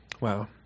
Wow